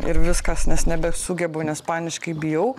ir viskas nes nebesugebu nes paniškai bijau